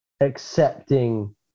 accepting